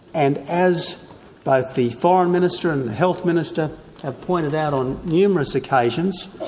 and as both the foreign minister and the health minister have pointed out on numerous occasions,